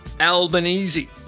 Albanese